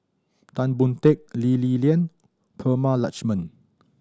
Tan Boon Teik Lee Li Lian Prema Letchumanan